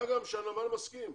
מה גם שהנמל מסכים.